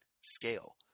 scale